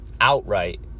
outright